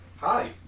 hi